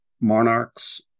monarchs